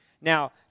Now